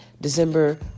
December